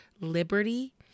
Liberty